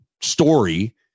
story